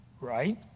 Right